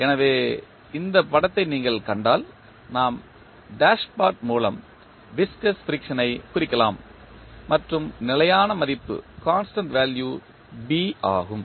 எனவே இந்த படத்தை நீங்கள் கண்டால் நாம் டாஷ்பாட் மூலம் விஸ்கஸ் ஃபிரிக்சன் ஐக் குறிக்கிறோம் மற்றும் நிலையான மதிப்பு B ஆகும்